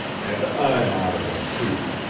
and i'm out of it too!